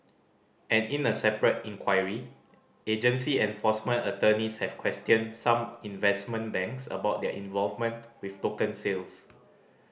and in a separate inquiry agency enforcement attorneys have questioned some investment banks about their involvement with token sales